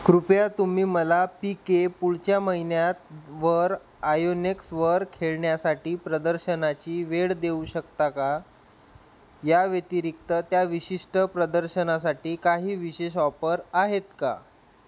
कृपया तुम्ही मला पीके पुढच्या महिन्यात व आयोनेक्सवर खेळण्यासाठी प्रदर्शनाची वेळ देऊ शकता का या व्यतिरिक्त त्या विशिष्ट प्रदर्शनासाठी काही विशेष ऑफर आहेत का